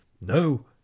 no